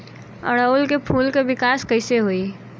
ओड़ुउल के फूल के विकास कैसे होई?